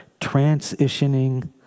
transitioning